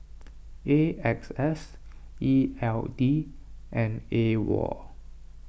A X S E L D and Awol